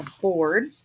board